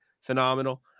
Phenomenal